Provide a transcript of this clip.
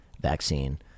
vaccine